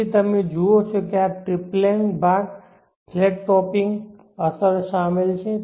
તેથી તમે જુઓ છો કે તેમાં ટ્રિપ્લેન ભાગ ફ્લેટ ટોપિંગ અસર શામેલ છે